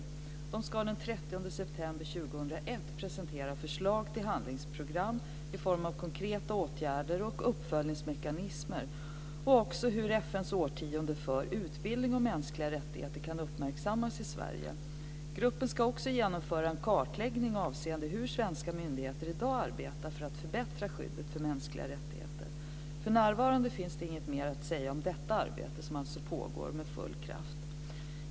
Arbetsgruppen ska den 30 september 2001 presentera ett förslag till handlingsprogram i form av konkreta åtgärder och uppföljningsmekanismer. Man ska även föreslå hur FN:s årtionde för utbildning om mänskliga rättigheter kan uppmärksammas i Sverige. Gruppen ska också genomföra en kartläggning avseende hur svenska myndigheter i dag arbetar för att förbättra skyddet för mänskliga rättigheter. För närvarande finns det inget mer att säga om detta arbete som alltså pågår med full kraft.